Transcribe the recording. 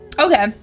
Okay